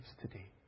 today